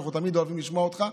ואנחנו תמיד אוהבים לשמוע אותך,